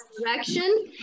direction